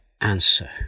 answer